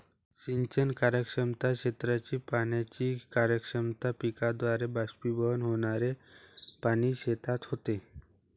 सिंचन कार्यक्षमता, क्षेत्राची पाण्याची कार्यक्षमता, पिकाद्वारे बाष्पीभवन होणारे पाणी शेतात होते